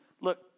look